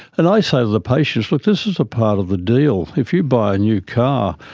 and i say to the patients, look, this is part of the deal. if you buy a new car,